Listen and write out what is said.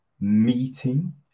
meeting